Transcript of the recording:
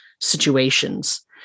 situations